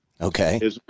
Okay